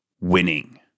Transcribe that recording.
Winning